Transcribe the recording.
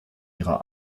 ihrer